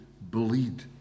bleed